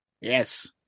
Yes